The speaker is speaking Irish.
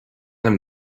liom